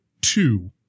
two